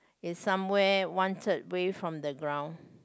it's somewhere one third way from the ground